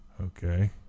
Okay